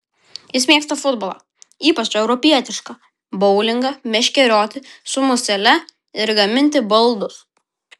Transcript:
jis mėgsta futbolą ypač europietišką boulingą meškerioti su musele ir gaminti baldus